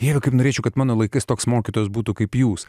niekaip norėčiau kad mano laikais toks mokytojas būtų kaip jūs